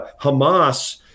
Hamas